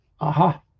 Aha